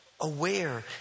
aware